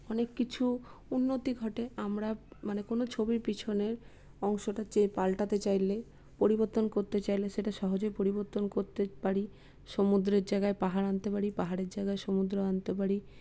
অনেক কিছু উন্নতি ঘটে আমরা মানে কোনো ছবির পিছনের অংশটা যেয়ে পাল্টাতে চাইলে পরিবর্তন করতে চাইলে সেটা সহজেই পরিবর্তন করতে পারি সমুদ্রের জায়গায় পাহাড় আনতে পারি পাহাড়ের জায়গায় সমুদ্র আনতে পারি